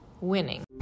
winning